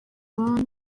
abandi